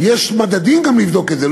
יש מדדים גם לבדוק את זה,